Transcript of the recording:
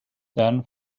than